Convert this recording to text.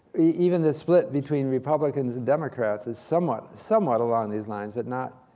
even the split between republicans and democrats is somewhat somewhat along these lines, but not